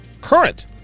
current